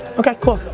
okay, cool.